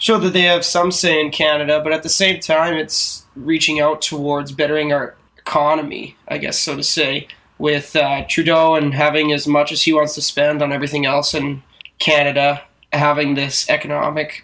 so they have some say in canada but at the same time it's reaching out to wards bettering our economy i guess i would say with trudeau and having as much as he wants to spend on everything else and canada having this economic